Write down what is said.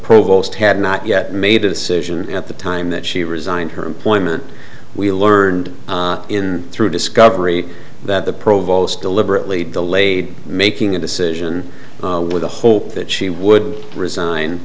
provost had not yet made a decision and at the time that she resigned her employment we learned in through discovery that the provost deliberately delayed making a decision with the hope that she would